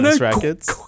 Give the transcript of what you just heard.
rackets